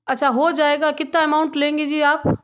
अच्छा हो जाएगा कितना अमाउंट लेंगे जी आप